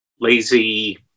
lazy